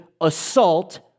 assault